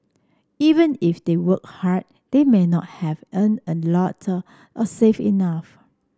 even if they worked hard they may not have earned a lot or saved enough